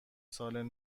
سال